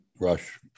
Rush